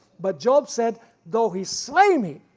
but job said though he slay me,